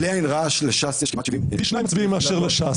בלי עין הרע ל-ש"ס יש כמעט --- פי שניים מצביעים מאשר ל-ש"ס.